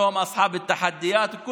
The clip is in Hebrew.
אנו גם מתווכחים על השם המתאים להם: